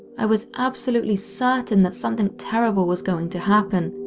i was absolutely certain that something terrible was going to happen,